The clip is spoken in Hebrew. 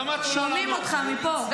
שומעים אותך מפה.